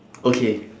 okay